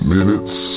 Minutes